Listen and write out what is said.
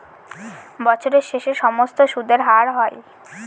বছরের শেষে সমস্ত সুদের হার হয়